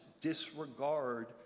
disregard